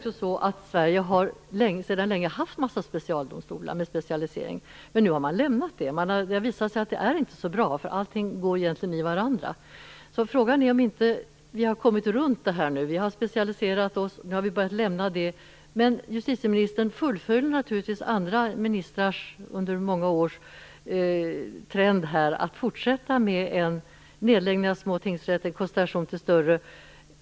Sverige har sedan länge haft en massa specialdomstolar. Nu har man lämnat det. Det har visat sig att det inte är så bra, eftersom allting egentligen går i varandra. Frågan är om vi inte har kommit runt det här nu. Vi specialiserade oss. Nu har vi börjat gå ifrån det. Men justitieministern fullföljer naturligtvis den trend som andra ministrar under många år har följt, dvs. att man skall fortsätta med en nedläggning av små tingsrätter och gå mot en koncentration till större.